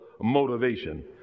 motivation